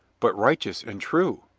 but righteous and true,